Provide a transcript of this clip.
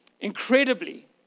Incredibly